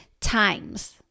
times